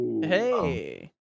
Hey